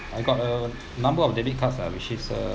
I got a number of debit cards ah which is a